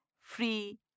free